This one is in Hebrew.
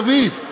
דוד?